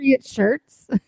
shirts